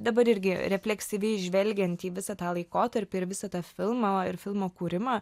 dabar irgi refleksyviai žvelgianti į visą tą laikotarpį ir visą tą filmą ir filmo kūrimą